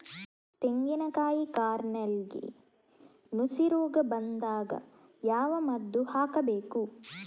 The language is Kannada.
ತೆಂಗಿನ ಕಾಯಿ ಕಾರ್ನೆಲ್ಗೆ ನುಸಿ ರೋಗ ಬಂದಾಗ ಯಾವ ಮದ್ದು ಹಾಕಬೇಕು?